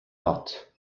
lot